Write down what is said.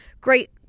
great